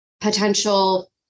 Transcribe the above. potential